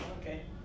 Okay